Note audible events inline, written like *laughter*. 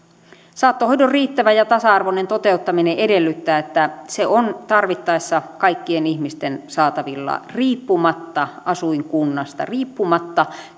saattohoidon riittävä ja tasa arvoinen toteuttaminen edellyttää että se on tarvittaessa kaikkien ihmisten saatavilla riippumatta asuinkunnasta riippumatta *unintelligible*